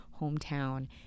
hometown